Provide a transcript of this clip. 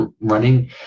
running